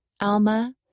Alma